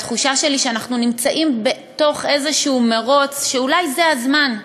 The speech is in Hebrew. התחושה שלי היא שאנחנו נמצאים בתוך איזשהו מירוץ שאולי זה הזמן,